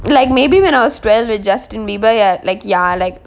like maybe when I was twelve with justin bieber ya like ya like